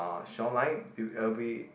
uh shore line